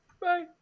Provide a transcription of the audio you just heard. Bye